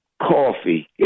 Coffee